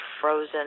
frozen